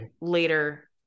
later